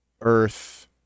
earth